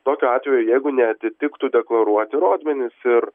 tokiu atveju jeigu neatitiktų deklaruoti rodmenys ir